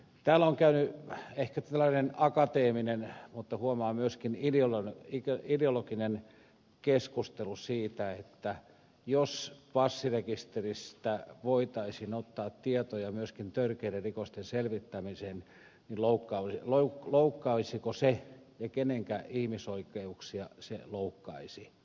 täällä on käyty ehkä tällainen akateeminen mutta huomaan myöskin ideologinen keskustelu siitä että jos passirekisteristä voitaisiin ottaa tietoja myöskin törkeiden rikosten selvittämiseen niin loukkaisiko se ja kenenkä ihmisoikeuksia se loukkaisi